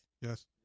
yes